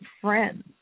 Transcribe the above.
friends